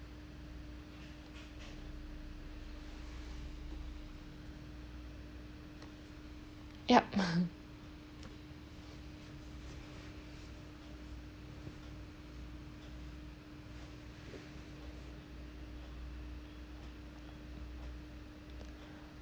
ya